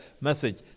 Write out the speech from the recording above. message